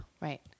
Right